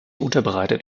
unterbreitet